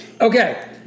Okay